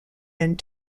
and